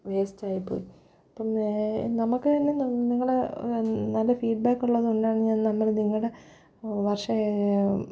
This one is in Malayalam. വേയ്സ്റ്റ് ആയിപ്പോയി പിന്നേ നമുക്കു തന്നെ നിങ്ങൾ നല്ല ഫീഡ് ബാക്കുള്ളതു കൊണ്ടാണ് ഞാൻ നമ്മൾ നിങ്ങളുടെ വർഷേ